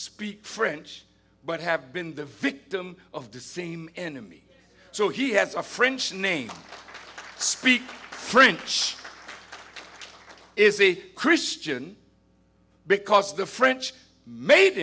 speak french but have been the victim of the same enemy so he has a french name thanks speak french is a christian because the french made